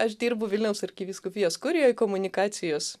aš dirbu vilniaus arkivyskupijos kurijoj komunikacijos